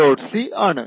c ആണ്